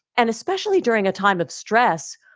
and especially during a time of stress.